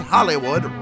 Hollywood